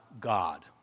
God